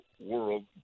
world